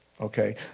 Okay